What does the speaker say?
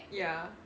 ya